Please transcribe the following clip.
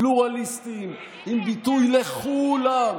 פלורליסטיים, עם ביטוי לכולם,